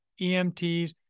EMTs